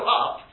up